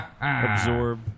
absorb